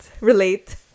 relate